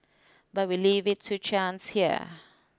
but we leave it to chance here